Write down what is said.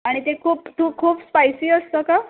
आणि ते खूप तू खूप स्पायसी असतं का